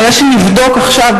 על מנת שנבדוק עכשיו,